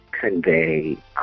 convey